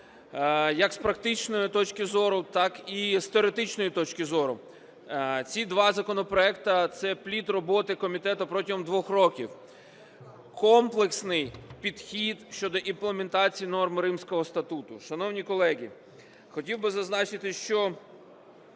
як з практичної точки зору, так і з теоретичної точки зору. Ці два законопроекти – це плід роботи комітету протягом двох років: комплексний підхід щодо імплементації норм Римського статуту. Шановні колеги, хотів би зазначити, що